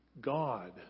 God